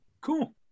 Cool